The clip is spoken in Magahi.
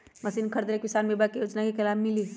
मशीन खरीदे ले किसान के बीमा योजना के लाभ मिली?